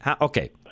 Okay